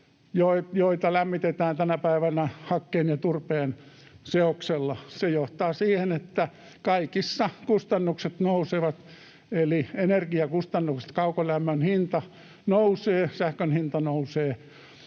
joita lämmitetään tänä päivänä hakkeen ja turpeen seoksella? Se johtaa siihen, että kaikissa kustannukset eli energiakustannukset nousevat, kaukolämmön hinta nousee, sähkön hinta nousee.